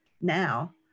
now